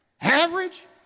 Average